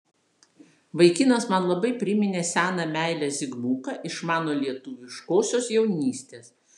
vaikinas man labai priminė seną meilę zigmuką iš mano lietuviškosios jaunystės